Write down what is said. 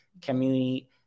community